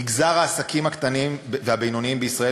מגזר העסקים הקטנים והבינוניים בישראל